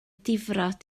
difrod